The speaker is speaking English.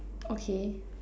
okay